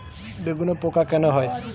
বেগুনে পোকা কেন হয়?